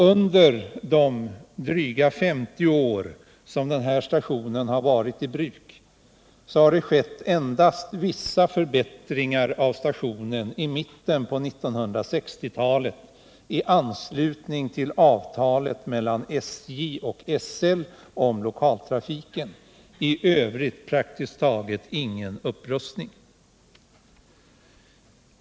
Under de drygt femtio år som stationen varit i bruk har det skett endast vissa förbättringar av stationen i mitten av 1960-talet, i anslutning till avtalet mellan SJ och SL om lokaltrafiken. I övrigt har praktiskt taget ingen upprustning skett.